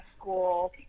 school